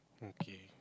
okay